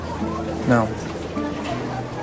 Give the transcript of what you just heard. no